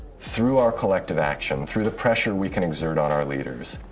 through our collective action, through the pressure we can exert on our leaders,